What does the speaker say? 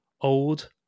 old